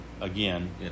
again